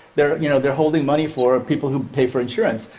they're you know they're holding money for people who pay for insurance.